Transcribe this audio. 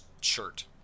shirt